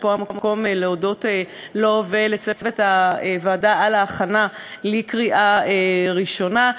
שפה המקום להודות לו ולצוות הוועדה על ההכנה לקריאה ראשונה.